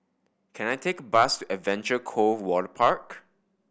can I take a bus Adventure Cove Waterpark